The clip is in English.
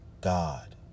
God